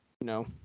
No